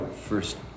first